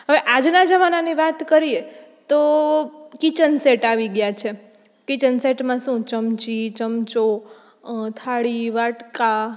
હવે આજના જમાનાની વાત કરીએ તો કિચન સેટ આવી ગયાં છે કિચન સેટમાં શું ચમચી ચમચો થાળી વાટકા